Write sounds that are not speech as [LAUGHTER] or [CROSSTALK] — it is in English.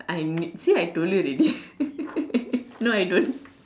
I'm see I told you already [LAUGHS] no I don't